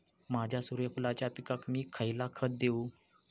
माझ्या सूर्यफुलाच्या पिकाक मी खयला खत देवू?